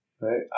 Right